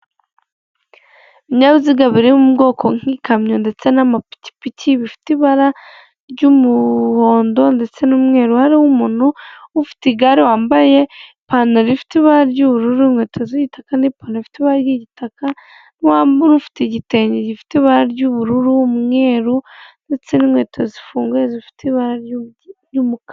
Ibinyabiziga biri mu bwoko nk'ikamyo ndetse n'amapikipiki bifite ibara ry'umuhondo ndetse n'umweru hariho umuntu ufite igare wambaye ipantaro ifite ibara ry'ubururu inkweto z'igitaka kandi n'ipantaro ufite ibara ry'igitaka, ufite igitenge gifite ibara ry'ubururu n'umweru ndetse n'inkweto zifunguye zifite ibara ry'umukara.